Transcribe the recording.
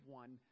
one